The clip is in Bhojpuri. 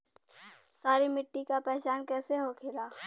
सारी मिट्टी का पहचान कैसे होखेला?